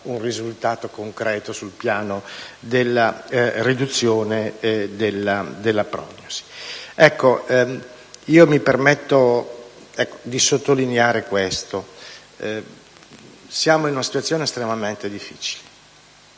un risultato concreto sul piano della riduzione della prognosi stessa. Mi permetto dunque di sottolineare che siamo in una situazione estremamente difficile: